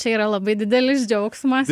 čia yra labai didelis džiaugsmas